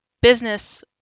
business